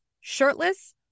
shirtless